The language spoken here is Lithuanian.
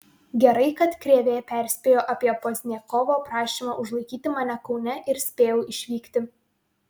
gerai kad krėvė perspėjo apie pozniakovo prašymą užlaikyti mane kaune ir spėjau išvykti